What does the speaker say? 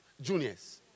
juniors